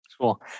Cool